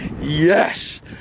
yes